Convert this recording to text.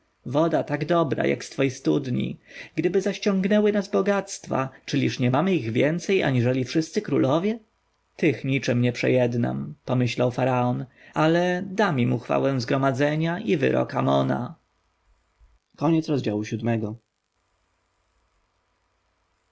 woda tak dobra jak z twojej studni gdyby zaś ciągnęły nas bogactwa czyliż nie mamy ich więcej aniżeli wszyscy królowie tych niczem nie przejednam pomyślał faraon ale dam im uchwałę zgromadzenia i wyrok amona